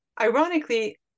Ironically